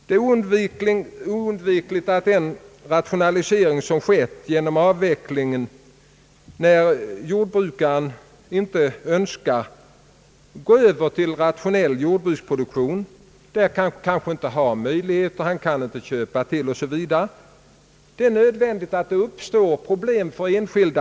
Det är oundvikligt att problem uppstår för enskilda människor, när jordbrukaren inte önskar gå över till rationell jordbruksproduktion eller kanske inte har möjligheter att köpa till jord o. s. v.